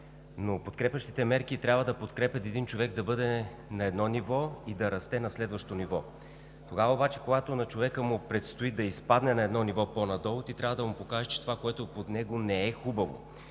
но подкрепящите мерки трябва да подкрепят един човек да бъде на едно ниво и да расте на следващо ниво. Когато на човек му предстои да изпадне едно ниво по-надолу, трябва да му покажеш, че това, което е под него, не е хубаво